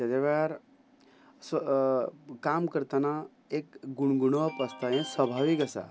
तेज्या वेळार काम करतना एक गुणगुणवप आसता हे स्वभावीक आसा